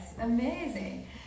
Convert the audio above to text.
Amazing